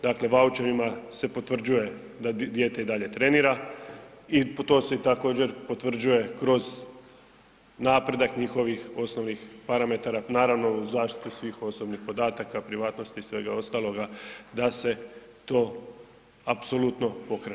Dakle, vaučerima se potvrđuje da dijete i dalje trenira i to se također potvrđuje kroz napredak njihovih osnovnih parametara naravno uz zaštitu svih osobnih podataka, privatnosti i svega ostaloga, da se to apsolutno pokrene.